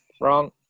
Wrong